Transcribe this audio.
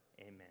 Amen